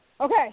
Okay